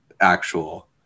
actual